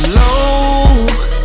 low